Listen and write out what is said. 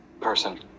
person